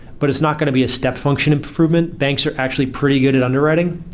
but it's not going to be a step function improvement. banks are actually pretty good at underwriting.